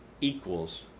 equals